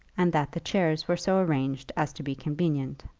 and that the chairs were so arranged as to be convenient.